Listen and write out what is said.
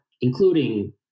including